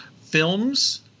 films